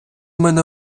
мене